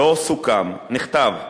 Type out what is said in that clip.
לא סוכם, נכתב,